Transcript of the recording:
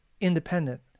independent